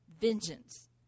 Vengeance